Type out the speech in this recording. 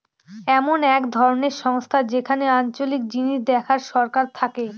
এমন এক ধরনের সংস্থা যেখানে আঞ্চলিক জিনিস দেখার সরকার থাকে